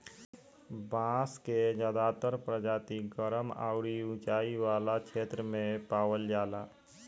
बांस के ज्यादातर प्रजाति गरम अउरी उचाई वाला क्षेत्र में पावल जाला